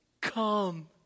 Come